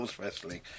Wrestling